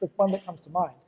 the point that comes to mind.